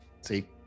See